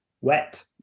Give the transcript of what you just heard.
wet